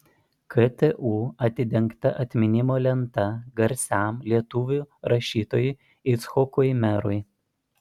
ktu atidengta atminimo lenta garsiam lietuvių rašytojui icchokui merui